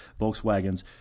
Volkswagens